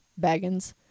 Baggins